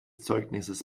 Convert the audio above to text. zeugnisses